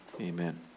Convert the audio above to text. Amen